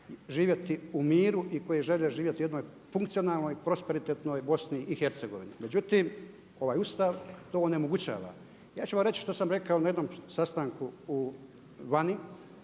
živjeti u miru i koji žele živjeti u jednoj funkcionalnoj prosperitetnoj BiH. Međutim, ovaj ustav to ne omogućava. Ja ću vam reći što sam rekao na jednom sastanku vani